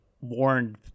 warned